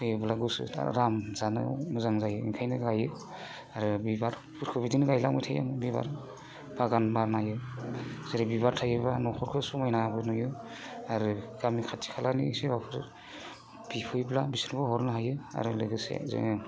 होयोब्ला गुसुथार आराम जानायाव मोजां जायो ओंखायनो गायो आरो बिबारफोरखौ बिदिनो गायलांबाय थायो आङो बिबार बागान बानायो जेरै बिबार थायोब्ला न'खरखौ समायनाबो नुयो आरो गामि खाथि खालानि एसे सोरबाफोर बिफैब्ला बिसोरबो हरनो हायो आरो लोगोसे जोङो